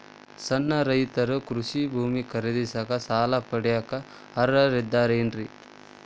ಸಣ್ಣ ರೈತರು ಕೃಷಿ ಭೂಮಿ ಖರೇದಿಸಾಕ, ಸಾಲ ಪಡಿಯಾಕ ಅರ್ಹರಿದ್ದಾರೇನ್ರಿ?